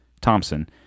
Thompson